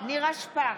נירה שפק,